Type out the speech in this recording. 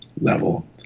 level